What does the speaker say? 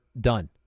done